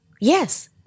Yes